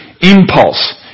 Impulse